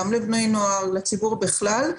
בני נוער ולציבור בכלל,